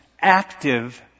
active